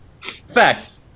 Fact